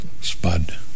Spud